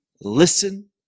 listen